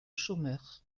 chômeurs